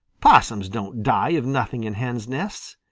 possums don't die of nothing in hens' nests.